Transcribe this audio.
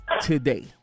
today